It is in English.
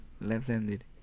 Left-handed